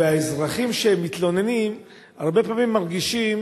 והאזרחים שמתלוננים הרבה פעמים מרגישים